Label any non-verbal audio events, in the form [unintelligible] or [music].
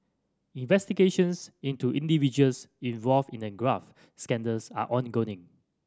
investigations into individuals involved in the graft scandals are [unintelligible]